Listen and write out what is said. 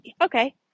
okay